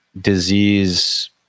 disease